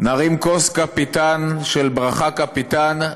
/ נרים כוס, קפיטן, של ברכה, קפיטן.